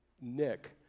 Nick